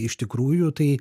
iš tikrųjų tai